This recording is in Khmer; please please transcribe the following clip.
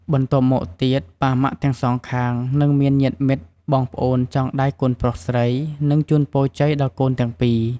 បន្ទាប់់មកទៀតប៉ាម៉ាក់ទាំងសងខាង និងមានញាតិមិត្តបងប្អូនចងដៃកូនប្រុសស្រី និងជូនពរជ័យដល់កូនទាំងពីរ។